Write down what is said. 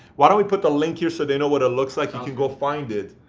why don't we put the link here so they know what it looks like? you can go find it.